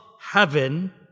heaven